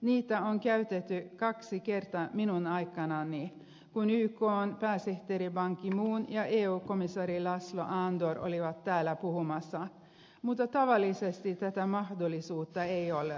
niitä on käytetty kaksi kertaa minun aikanani kun ykn pääsihteeri ban ki moon ja eu komissaari laszlo andor olivat täällä puhumassa mutta tavallisesti tätä mahdollisuutta ei ole